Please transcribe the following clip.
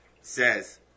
Says